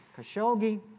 Khashoggi